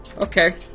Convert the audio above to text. Okay